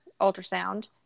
ultrasound